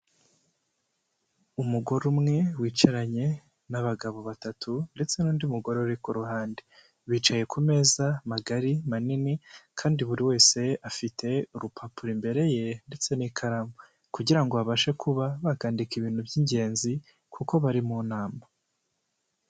Umugore umwe wicaranye n'abagabo batatu ndetse n'undi mugore uri ku ruhande. Bicaye ku meza magari manini kandi buri wese afite urupapuro imbere ye ndetse n'ikaramu kugira ngo babashe kuba bakandika ibintu by'ingenzi kuko bari mu nama.